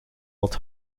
wat